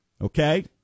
Okay